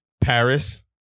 Paris